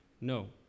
no